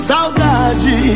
Saudade